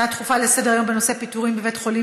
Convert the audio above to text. הצעה דחופה לסדר-היום בנושא: פיטורים בבית החולים